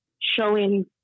showing